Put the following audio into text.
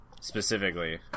Specifically